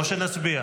-- או שנצביע?